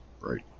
Right